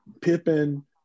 Pippen